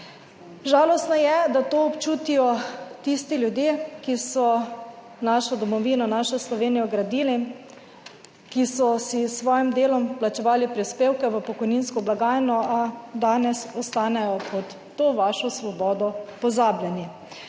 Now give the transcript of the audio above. Žalostno je, da to občutijo tisti ljudje, ki so našo domovino, našo Slovenijo gradili, ki so si s svojim delom plačevali prispevke v pokojninsko blagajno, a danes ostanejo pod to vašo svobodo pozabljeni.